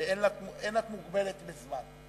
אין את מוגבלת בזמן.